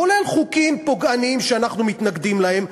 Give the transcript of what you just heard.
כולל חוקים פוגעניים שאנחנו מתנגדים להם,